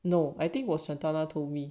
no I think was santana told me